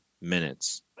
minutes